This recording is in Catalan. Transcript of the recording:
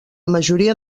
majoria